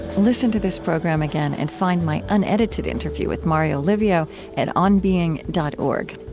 listen to this program again and find my unedited interview with mario livio at onbeing dot org.